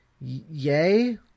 yay